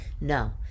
no